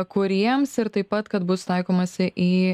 kuriems ir taip pat kad bus taikomasi į